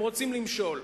הם רוצים למשול.